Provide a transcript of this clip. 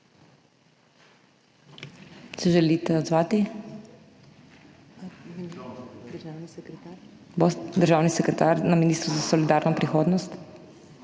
Se želite odzvati, državni sekretar na Ministrstvu za solidarno prihodnost?